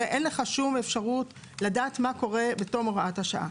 הרי אין לך שום אפשרות לדעת מה קורה בתום הוראת השעה.